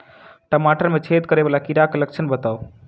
टमाटर मे छेद करै वला कीड़ा केँ लक्षण बताउ?